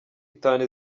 itanu